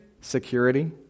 Security